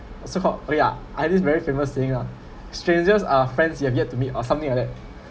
or so called oh ya ah this very famous saying lah strangers are friends you have yet to meet or something like that